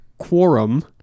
quorum